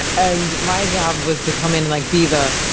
and my job was to come in and like be the.